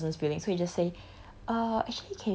like you don't want to hurt the person's feelings so you just say